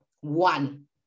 one